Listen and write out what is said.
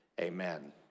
amen